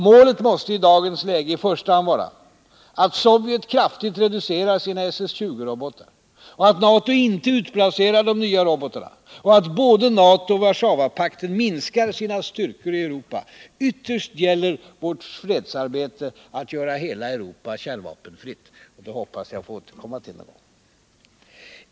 Målet måste i dagens läge i första hand vara att Sovjet kraftigt reducerar sina SS 20-robotar, att NATO inte utplacerar de nya robotarna och att både NATO och Warszawapakten minskar sina styrkor i Europa. Ytterst gäller vårt fredsarbete att göra hela Europa kärnvapenfritt, och det hoppas jag få återkomma till.